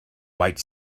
white